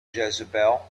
jezebel